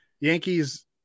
Yankees